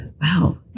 wow